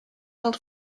held